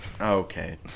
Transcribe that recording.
Okay